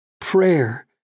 prayer